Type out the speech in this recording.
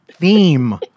theme